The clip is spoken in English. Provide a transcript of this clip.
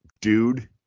Dude